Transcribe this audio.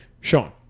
Sean